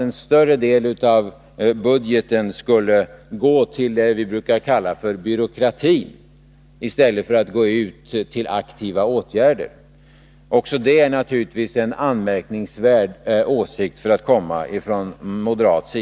En större del av budgeten skulle alltså gå till vad vi brukar kalla byråkrati, i stället för att resultera i aktiva åtgärder. Också det är naturligtvis en anmärkningsvärd åsikt, med tanke på att den framförs från moderat håll.